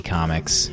Comics